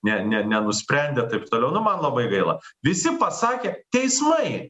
ne ne nenusprendę taip toliau nu man labai gaila visi pasakė teismai